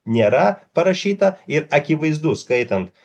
nėra parašyta ir akivaizdu skaitant